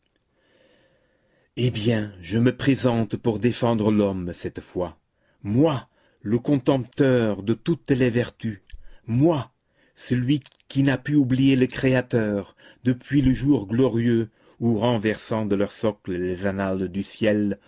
eh bien je me présente pour défendre l'homme cette fois moi le contempteur de toutes les vertus moi celui que n'a pu oublier le créateur depuis le jour glorieux où renversant de leur socle les annales du ciel